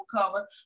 cover